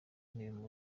w’intebe